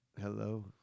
Hello